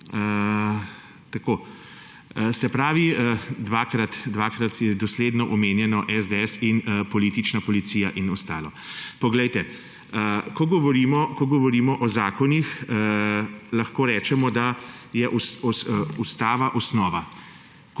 Se pravi, dvakrat je dosledno omenjeno SDS in politična policija in ostalo. Poglejte, ko govorimo o zakonih, lahko rečemo, da je ustava osnova.